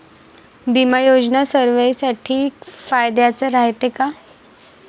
बिमा योजना सर्वाईसाठी फायद्याचं रायते का?